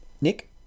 Nick